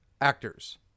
actors